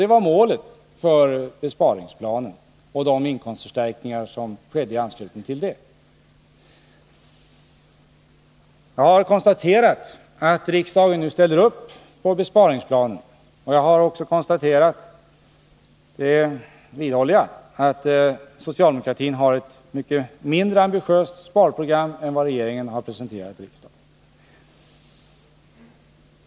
Det var målet för besparingsplanen och de inkomstförstärkningar som föreslogs i anslutning till den. Jag har konstaterat att riksdagen nu stöder besparingsplanen. Jag har också konstaterat — det vidhåller jag — att socialdemokraterna har ett mycket mindre ambitiöst sparprogram än det regeringen presenterat riksdagen.